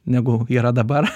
negu yra dabar